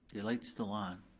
your light's still on.